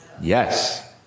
Yes